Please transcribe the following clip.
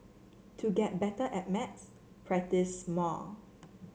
to get better at maths practise more